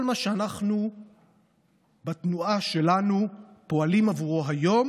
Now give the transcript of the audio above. כל מה שאנחנו בתנועה שלנו פועלים בעבורו היום